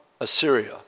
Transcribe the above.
Assyria